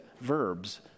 verbs